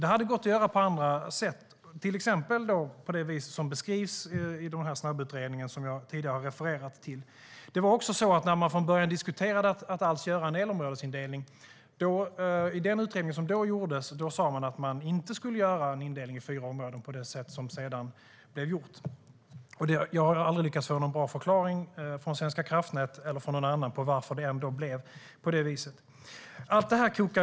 Det hade gått att göra på andra sätt, till exempel på det vis som beskrivs i den snabbutredning som jag tidigare har refererat till. I den utredning som gjordes när man från början diskuterade att alls göra en indelning i elområden sa man att man inte skulle göra en indelning i fyra områden på det sätt som sedan gjordes. Jag har aldrig lyckats få någon bra förklaring från Svenska kraftnät eller från någon annan till att det ändå blev på det viset.